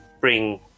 bring